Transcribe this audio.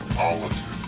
politics